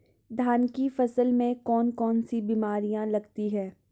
धान की फसल में कौन कौन सी बीमारियां लगती हैं?